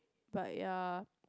but ya